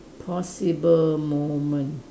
possible moment